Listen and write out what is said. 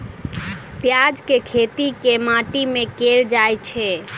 प्याज केँ खेती केँ माटि मे कैल जाएँ छैय?